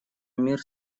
мир